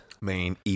main